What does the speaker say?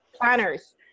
planners